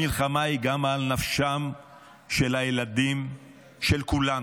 המלחמה היא גם על נפשם של הילדים של כולנו,